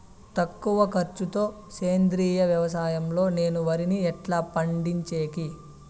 తక్కువ ఖర్చు తో సేంద్రియ వ్యవసాయం లో నేను వరిని ఎట్లా పండించేకి?